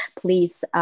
please